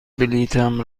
بلیطم